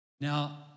Now